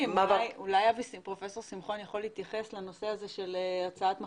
אולי פרופסור שמחון יכול להתייחס לנושא הזה של הצעת מחליטים,